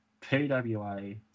PWA